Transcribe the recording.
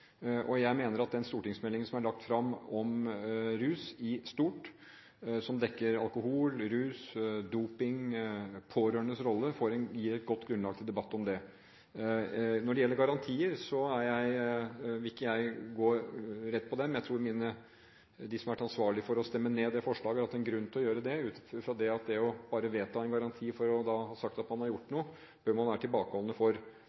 langsiktige. Jeg mener at den stortingsmeldingen som er lagt fram om rus, i stort, som dekker alkohol, rus, doping, pårørendes rolle osv., gir et godt grunnlag for en debatt om det. Når det gjelder garantier, vil jeg ikke gå rett inn på det, men jeg tror de som har vært ansvarlige for å stemme ned det forslaget, har hatt en grunn til å gjøre det, ut fra det at det å bare vedta en garanti for å si at man har gjort